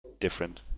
different